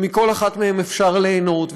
ומכל אחת מהן אפשר ליהנות,